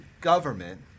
government